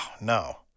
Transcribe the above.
no